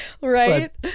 Right